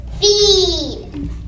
Feed